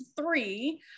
three